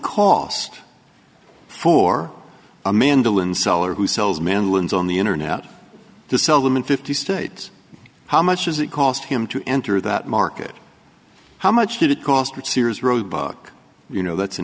cost for a mandolin seller who sells mandolins on the internet to sell them in fifty states how much does it cost him to enter that market how much did it cost with sears roebuck you know that's an